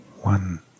one